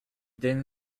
then